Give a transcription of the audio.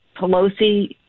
Pelosi